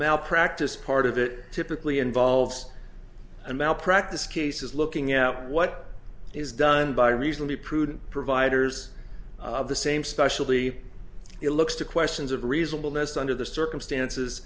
malpractise part of it typically involves a malpractise cases looking at what is done by reasonably prudent providers of the same specially it looks to questions of reasonable ness under the circumstances